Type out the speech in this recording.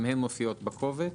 גם הן מופיעות בקובץ.